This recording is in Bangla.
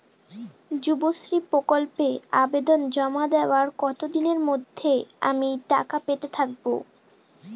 যুবশ্রী প্রকল্পে আবেদন জমা দেওয়ার কতদিনের মধ্যে আমি টাকা পেতে থাকব?